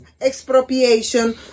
expropriation